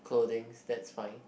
clothings that's fine